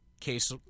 case